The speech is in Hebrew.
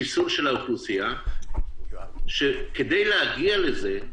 של חיסון של האוכלוסייה, כדי להגיע לזה,